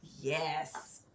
Yes